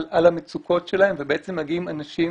על המצוקות שלהם ובעצם מגיעים אנשים